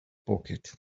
pocket